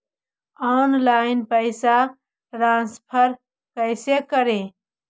Online पैसा transfer कैसे करे?